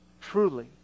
Truly